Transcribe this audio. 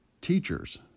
teachers